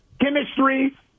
chemistry